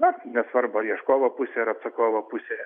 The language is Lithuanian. na nesvarbu ar ieškovo pusė ar atsakovo pusė